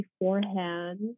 beforehand